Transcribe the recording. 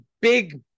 big